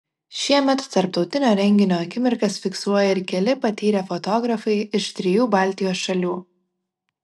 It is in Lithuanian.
šiemet tarptautinio renginio akimirkas fiksuoja ir keli patyrę fotografai iš trijų baltijos šalių